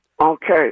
Okay